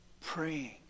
praying